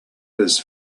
his